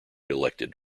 elected